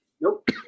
Nope